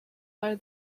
are